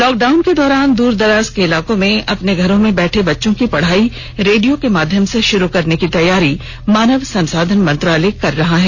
lockdown के दौरान दूर दराज के इलाके में अपने घरों में बैठे बच्चों की पढ़ाई रेडियो के माध्यम से शुरू करने की तैयारी मानव संसाधन विकास मंत्रालय कर रहा है